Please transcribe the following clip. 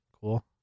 cool